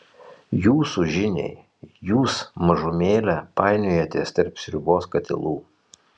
jūsų žiniai jūs mažumėlę painiojatės tarp sriubos katilų